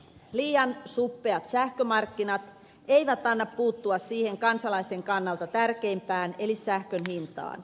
liian suppeat sähkömarkkinat eivät anna puuttua siihen kansalaisten kannalta tärkeimpään eli sähkön hintaan